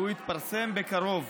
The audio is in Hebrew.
והוא יתפרסם בקרוב.